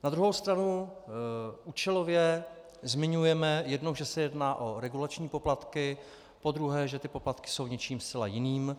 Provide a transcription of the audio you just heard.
Na druhou stranu účelově zmiňujeme jednou, že se jedná o regulační poplatky, podruhé, že ty poplatky jsou něčím zcela jiným.